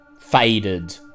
faded